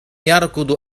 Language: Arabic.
يركض